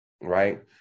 right